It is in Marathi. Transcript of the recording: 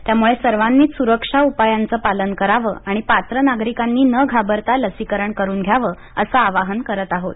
त्यामुळे सर्वांनीच सुरक्षा उपायांच पालन करावं आणि पात्र नागरिकांनी न घाबरता लसीकरण करून घ्यावं अस आवाहन करत आहोत